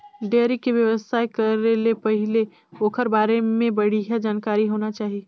dairy के बेवसाय करे ले पहिले ओखर बारे में बड़िहा जानकारी होना चाही